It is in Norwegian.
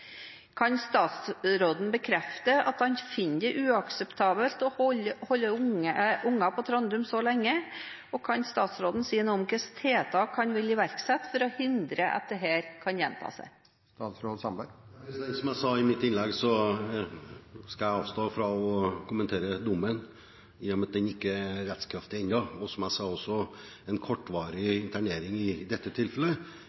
Kan statsråden bekrefte at han finner det uakseptabelt å holde unger på Trandum så lenge, og kan statsråden si noe om hvilke tiltak han vil iverksette for å hindre at dette kan gjenta seg? Som jeg sa i mitt innlegg, skal jeg avstå fra å kommentere dommen i og med at den ikke er rettskraftig ennå. Som jeg også sa: En